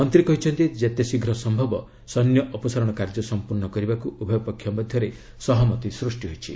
ମନ୍ତ୍ରୀ କହିଛନ୍ତି ଯେତେଶୀଘ୍ର ସନ୍ଥବ ସୈନ୍ୟ ଅପସାରଣ କାର୍ଯ୍ୟ ସମ୍ପୂର୍ଣ୍ଣ କରିବାକୁ ଉଭୟ ପକ୍ଷ ମଧ୍ୟରେ ସହମତି ସୃଷ୍ଟି ହୋଇଛି